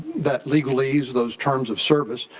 that legalese those terms of service.